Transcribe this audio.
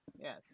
yes